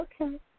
Okay